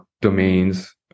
domains